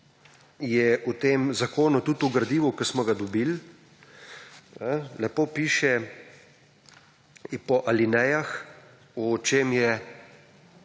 je v tem zakonu tudi v gradivu, ki smo ga dobili lepo piše po alinejah v čem je